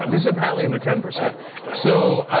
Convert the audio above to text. um this apparently and the ten percent so,